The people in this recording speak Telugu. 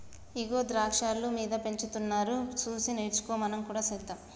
ఇగో ద్రాక్షాలు మీద పెంచుతున్నారు సూసి నేర్చుకో మనం కూడా సెద్దాం